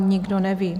Nikdo neví.